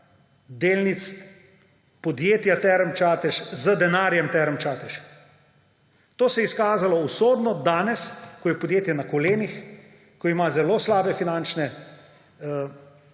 delnic podjetja Terme Čatež z denarjem Term Čatež. To se je izkazalo usodno danes, ko je podjetje na kolenih, ko ima zelo slabe finančne